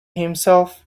himself